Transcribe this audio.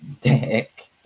dick